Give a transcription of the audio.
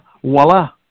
voila